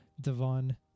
Devon